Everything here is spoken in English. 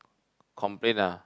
complain lah